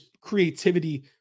creativity